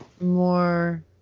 more